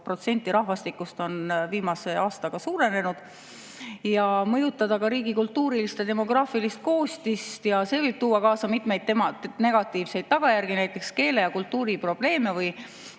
kuni 3,7% rahvastikust viimasel aastal – ja mõjutada ka riigi kultuurilist ja demograafilist koostist. See võib tuua kaasa mitmeid negatiivseid tagajärgi, näiteks keele‑ ja kultuuriprobleeme või